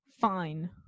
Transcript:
fine